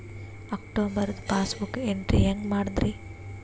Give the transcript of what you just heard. ಅಕ್ಟೋಬರ್ದು passbook entry ಹೆಂಗ್ ಮಾಡದ್ರಿ?